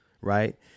Right